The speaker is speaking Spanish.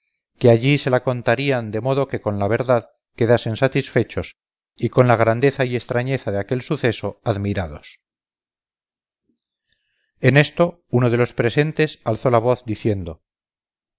que allí se la contarían de modo que con la verdad quedasen satisfechos y con la grandeza y extrañeza de aquel suceso admirados en esto uno de los presentes alzó la voz diciendo